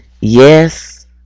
yes